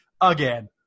again